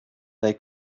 they